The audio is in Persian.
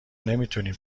نمیتونیم